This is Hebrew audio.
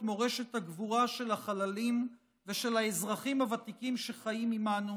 מורשת הגבורה של החללים ושל האזרחים הוותיקים שחיים עימנו